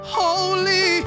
holy